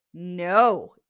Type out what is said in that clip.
No